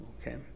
okay